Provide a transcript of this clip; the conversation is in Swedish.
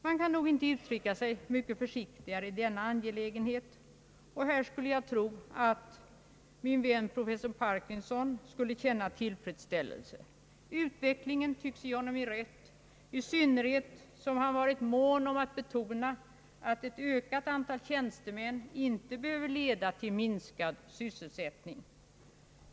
Man kan nog inte uttrycka sig mycket försiktigare i denna angelägenhet, och här skulle jag tro att min vän professor Parkinson skulle känna tillfredsställelse. Utvecklingen tycks ge honom rätt, i synnerhet som han varit mån om att betona att ett ökat antal tjänstemän inte behöver leda till minskad sysselsättning.